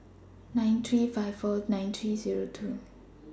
nine three five four nine three Zero two